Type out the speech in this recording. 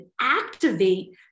activate